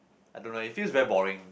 I don't know it feels very boring